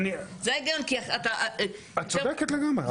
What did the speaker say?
את צודקת לגמרי.